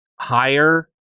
higher